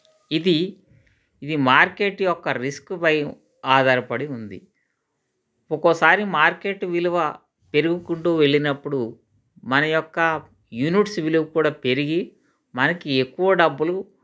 ఇది ఇది మార్కెట్ యొక్క రిస్క్పై ఆధారపడి ఉంది ఒక్కోసారి మార్కెట్ విలువ పెరుగుకుంటూ వెళ్ళినప్పుడు మన యొక్క యూనిట్స్ విలువ కూడా పెరిగి మనకి ఎక్కువ డబ్బులు